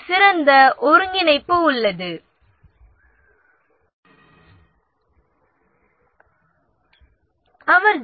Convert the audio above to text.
ஒரு சிறந்த ஒருங்கிணைப்பு உள்ளது அவர்களில்